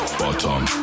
bottom